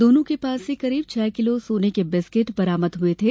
दोनों के पास से करीब छह किलो सोने के बिस्किट बरामद हुए थे